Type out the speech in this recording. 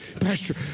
Pastor